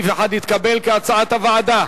סעיף 1 התקבל כהצעת הוועדה.